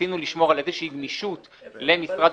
ניסינו לשמור על איזושהי גמישות למשרד